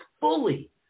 fully